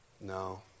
No